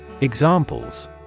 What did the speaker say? Examples